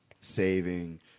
saving